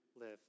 live